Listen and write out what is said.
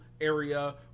area